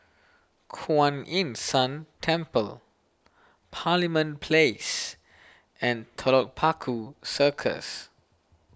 Kuan Yin San Temple Parliament Place and Telok Paku Circus